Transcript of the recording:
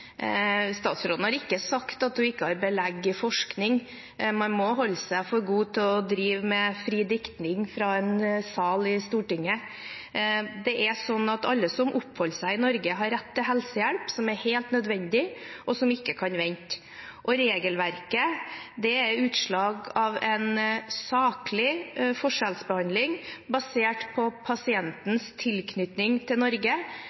Statsråden har ikke sagt at hun ikke har belegg i forskning. Man må holde seg for god til å drive med fri diktning fra stortingssalen. Det er sånn at alle som oppholder seg i Norge, har rett til helsehjelp som er helt nødvendig, og som ikke kan vente. Regelverket er utslag av en saklig forskjellsbehandling basert på pasientens tilknytning til Norge,